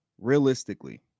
realistically